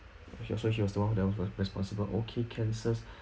he also he was one of them for the responsible okay can sir